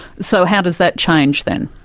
so how does that change then?